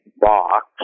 box